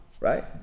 right